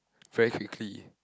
very quickly